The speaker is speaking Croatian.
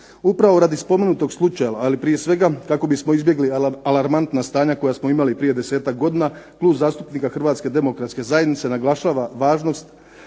Upravo radi spomenutog slučaja, ali i prije svega kako bismo izbjegli alarmantna stanja koja smo imali prije desetak godina Klub zastupnika Hrvatske demokratske zajednice naglašava važnost